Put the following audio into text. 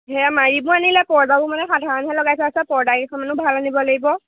সেয়া মাৰিব আনিলে পৰ্দাবােৰ মানে সাধাৰণহে লগাই থোৱা আছে পৰ্দাকেইখনো ভাল আনিব লাগিব